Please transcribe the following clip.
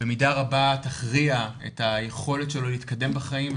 במידה רבה תכריע את היכולת שלו להתקדם בחיים,